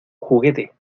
juguete